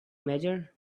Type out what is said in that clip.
mayor